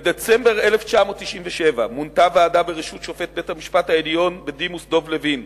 בדצמבר 1997 מונתה ועדה בראשות שופט בית-המשפט העליון בדימוס דב לוין